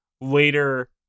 later